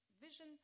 vision